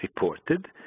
reported